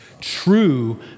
true